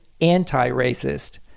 anti-racist